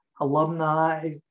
alumni